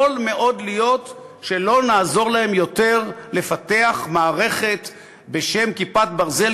יכול מאוד להיות שלא נעזור להם יותר לפתח מערכת בשם "כיפת ברזל",